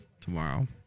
tomorrow